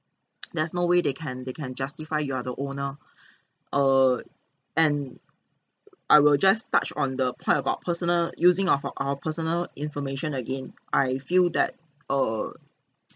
there's no way they can they can justify you are the owner err and I will just touch on the part about personal using of our personal information again I feel that err